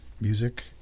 music